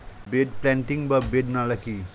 Bed planting বা bed নালা কি?